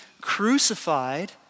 crucified